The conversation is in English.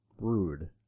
rude